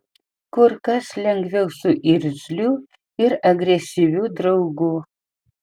kur kas lengviau su irzliu ir agresyviu draugu